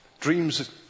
Dreams